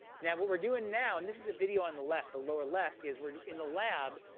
now what we're doing now, and this is a video on the left, the lower left is we're in the lab.